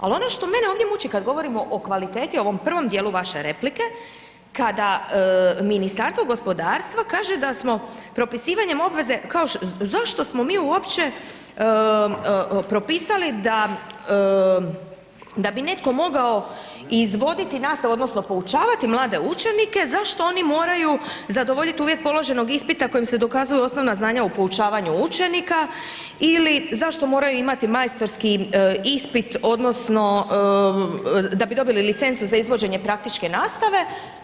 Ali ono što mene ovdje muči kada govorimo o kvaliteti o ovom prvom dijelu vaše replike, kada Ministarstvo gospodarstva kaže da smo propisivanjem obveze, kao zašto smo mi uopće propisali da bi netko mogao izvoditi nastavu odnosno poučavati mlade učenike, zašto oni moraju zadovoljiti uvjet položenog ispita ako im se dokazuju osnovna znanja o poučavanju učenika ili zašto moraju imati majstorski ispit odnosno da bi dobili licencu za izvođenje praktične nastave.